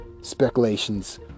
speculations